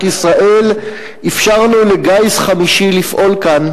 ישראל אפשרנו לגיס חמישי לפעול כאן,